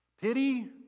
Pity